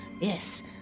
Yes